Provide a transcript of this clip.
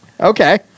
Okay